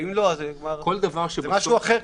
לא --- כל דבר --- זה משהו אחר.